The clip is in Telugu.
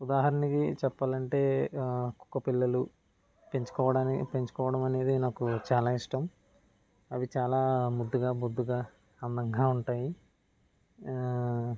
ఉదాహరణకి చెప్పాలంటే కుక్కపిల్లలు పెంచుకోవడానికి పెంచుకోవడం అనేది నాకు చాలా ఇష్టం అవి చాలా ముద్దుగా బొద్దుగా అందంగా ఉంటాయి